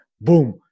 boom